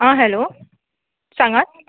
हां हॅलो सांगात